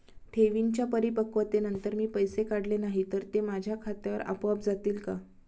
ठेवींच्या परिपक्वतेनंतर मी पैसे काढले नाही तर ते माझ्या खात्यावर आपोआप जातील का?